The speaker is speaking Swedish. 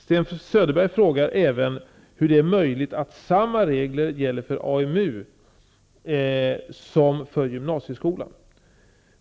Sten Söderberg frågar även hur det är möjligt att samma regler gäller för AMU som för gymnasieskolan.